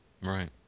Right